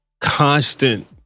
constant